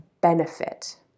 benefit